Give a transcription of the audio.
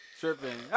tripping